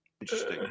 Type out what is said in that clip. interesting